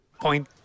point